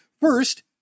First